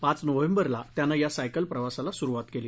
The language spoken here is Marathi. पाच नोव्हेंबरला त्यानं या सायकल प्रवासाला सुरुवात केली